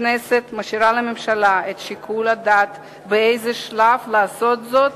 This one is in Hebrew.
הכנסת משאירה לממשלה את שיקול הדעת באיזה שלב לעשות זאת,